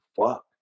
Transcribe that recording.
Fuck